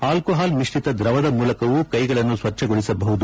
alcohol ಮಿಶ್ರಿತ ದ್ರವದ ಮೂಲಕವೂ ಕೈಗಳನ್ನು ಸ್ವಚ್ಲಗೊಳಿಸಬಹುದು